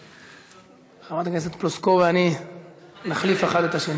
אבל שוויון בקליטה הסלולרית אני בהחלט מוכן.